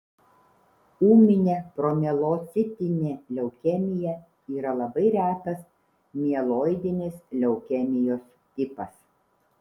ūminė promielocitinė leukemija yra labai retas mieloidinės leukemijos tipas